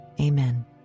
amen